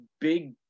big